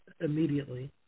immediately